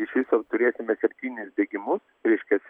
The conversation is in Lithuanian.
iš viso turėsime septynis degimus reiškias